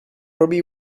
robbie